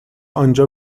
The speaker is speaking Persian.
آنجا